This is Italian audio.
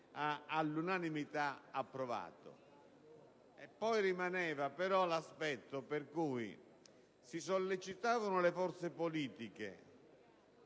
all'unanimità ha approvato. Rimaneva però l'aspetto per cui si sollecitavano le forze politiche